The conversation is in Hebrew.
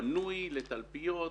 בנוי לתלפיות,